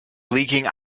leaking